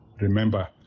remember